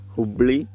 Hubli